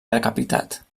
decapitat